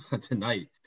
tonight